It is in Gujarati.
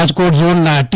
રાજકોટ ઝોનના ટી